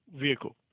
vehicle